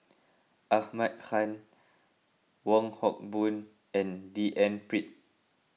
Ahmad Khan Wong Hock Boon and D N Pritt